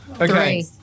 Okay